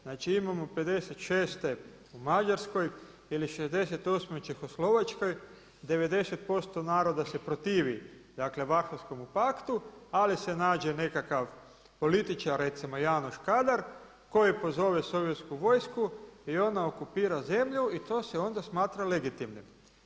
Znači imamo '56. u Mađarskoj ili '68. u Čehoslovačkoj 90% naroda se protivi Varšavskomu paktu ali se nađe nekakav političar recimo Janoš Kadar koji pozove sovjetsku vojsku i ona okupira zemlju i to se onda smatra legitimnim.